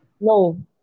No